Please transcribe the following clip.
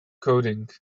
coding